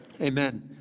Amen